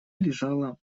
лежала